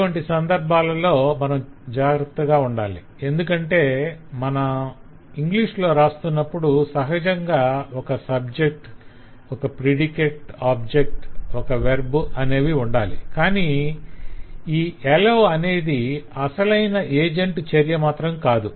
ఇటువంటి సందర్భాలలో మనం జాగ్ర్రత్తగా ఉండాలి ఎందుకంటే మనం ఇంగ్లీష్ లో రాస్తునప్పుడు సహజంగా ఒక 'subject' ఒక 'predicate object' ఒక verb' అనేవి ఉండాలి కాని ఈ 'allow' అనేది అసలైన ఏజెంట్ చర్య మాత్రం కాదు